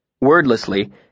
Wordlessly